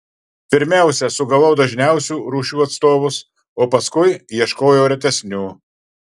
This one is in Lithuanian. pirmiausia sugavau dažniausių rūšių atstovus o paskui ieškojau retesnių